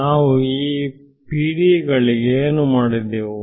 ನಾವು ಈ PDE ಗಳಿಗೆ ಏನು ಮಾಡಿದೆವು